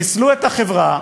חיסלו את החברה.